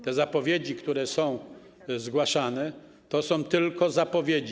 Te zapowiedzi, które są zgłaszane, to są tylko zapowiedzi.